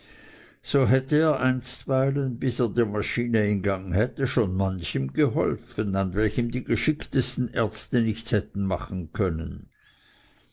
so hätte er einstweilen bis er die maschine in gang hätte schon manchem geholfen an welchem die geschicktesten ärzte nichts hätten machen können